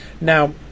Now